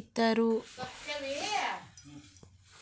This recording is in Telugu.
ఇత్తారు